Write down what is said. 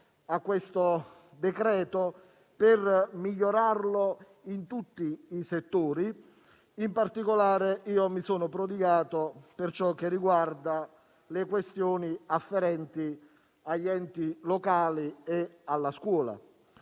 a questo decreto-legge per migliorarlo in tutti i settori. In particolare, io mi sono prodigato per ciò che riguarda le questioni afferenti agli enti locali e alla scuola.